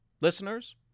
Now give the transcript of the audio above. Listeners